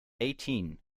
eighteen